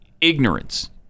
ignorance